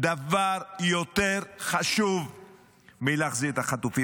דבר יותר חשוב מלהחזיר את החטופים.